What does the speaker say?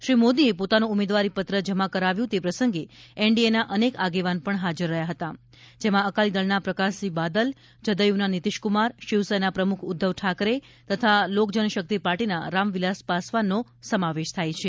શ્રી મોદીએ પોતાનું ઉમેદવારી પત્ર જમા કરાવ્યું તે પ્રસંગે એનડીએના અનેક આગેવાન પણ હાજર રહ્યા હતા જેમાં અકાલીદળના પ્રકાશસિંહ બાદલ જદયુના નીતિશકુમાર શિવસેના પ્રમુખ ઉધ્ધવ ઠાકરે તથા લોકજનશક્તિ પાર્ટીના રામ વિલાસ પાસવાનનો સમાવેશ થાય છે